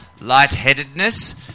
lightheadedness